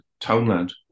townland